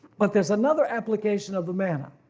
but there is another application of the manna.